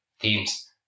teams